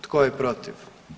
Tko je protiv?